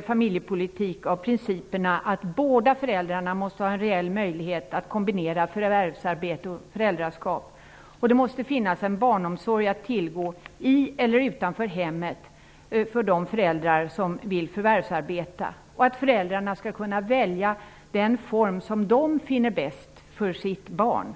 familjepolitik vägleds därför av principerna att båda föräldrarna måste ha en reell möjlighet att kombinera förvärvsarbete och föräldraskap. Det måste finnas en barnomsorg att tillgå i eller utanför hemmet för de föräldrar som vill förvärvsarbeta. Föräldrarna skall kunna välja den barnomsorgsform som de finner bäst för sitt barn.